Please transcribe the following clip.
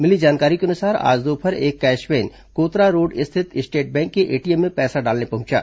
मिली जानकारी के अनुसार आज दोपहर एक कैश वैन कोतरा रोड स्थित स्टेट बैंक के एटीएम में पैसा डालने पहुंची